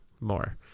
more